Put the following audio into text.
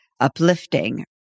uplifting